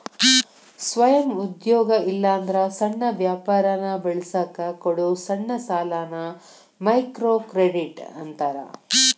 ಸ್ವಯಂ ಉದ್ಯೋಗ ಇಲ್ಲಾಂದ್ರ ಸಣ್ಣ ವ್ಯಾಪಾರನ ಬೆಳಸಕ ಕೊಡೊ ಸಣ್ಣ ಸಾಲಾನ ಮೈಕ್ರೋಕ್ರೆಡಿಟ್ ಅಂತಾರ